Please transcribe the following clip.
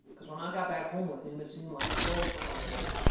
cause when i got back home with him it seemed like the hull town was there.